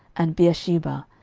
and beersheba,